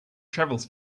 travels